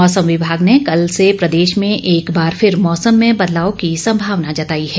मौसम विभाग ने कल से प्रदेश में एक बार फिर मौसम में बदलाव की संभावना जताई हैं